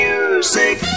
Music